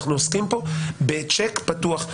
אנחנו עוסקים כאן בצ'ק פתוח.